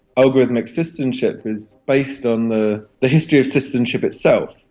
algorithmic citizenship is based on the the history of citizenship itself.